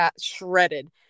shredded